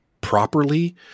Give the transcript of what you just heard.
properly